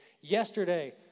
yesterday